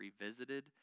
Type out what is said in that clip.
revisited